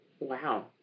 Wow